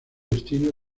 destino